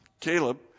Caleb